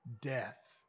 death